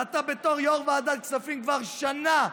ואתה בתור יו"ר ועדת כספים כבר שנה,